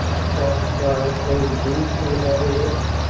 a soft smile playing dreamfully about her lips,